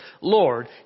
Lord